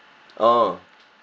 oh